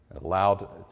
allowed